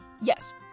Yes